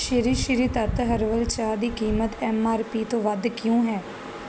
ਸ਼੍ਰੀ Shri Tattva herbal ਚਾਹ ਦੀ ਕੀਮਤ ਐੱਮ ਆਰ ਪੀ ਤੋਂ ਵੱਧ ਕਿਉਂ ਹੈ